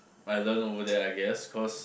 I learnt over there I guess cause